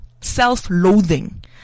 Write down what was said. self-loathing